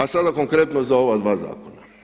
A sada konkretno za ova dva zakona.